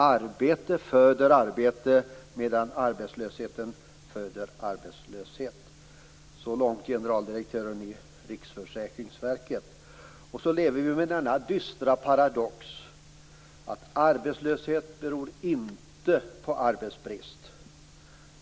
Arbete föder arbete, medan arbetslösheten föder arbetslöshet - detta enligt generaldirektören vid Riksförsäkringsverket. Ändå lever vi med den dystra paradoxen att arbetslöshet inte beror på arbetsbrist.